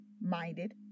minded